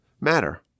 matter